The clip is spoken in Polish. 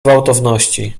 gwałtowności